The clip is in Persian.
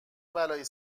بلایی